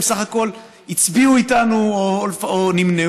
בסך הכול הם הצביעו איתנו או נמנעו